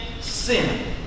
sin